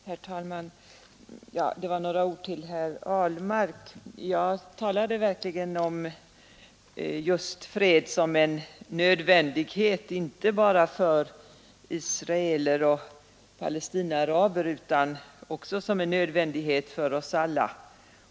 Herr talman! Jag vill säga några ord till herr Ahlmark. I mitt tidigare anförande talade jag verkligen om fred som en nödvändighet inte bara för israeler och Palestinaaraber utan för oss alla.